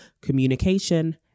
communication